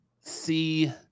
see